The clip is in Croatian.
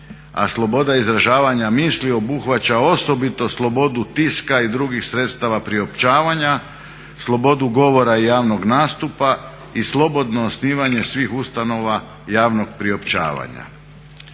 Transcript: a sloboda izražavanja misli obuhvaća osobito slobodu tiska i drugih sredstava priopćavanja, slobodu govora i javnog nastupa i slobodno osnivanje svih ustanova javnog priopćavanja.